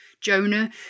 Jonah